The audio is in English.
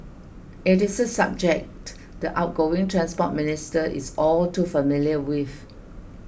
it is a subject the outgoing Transport Minister is all too familiar with